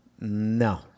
No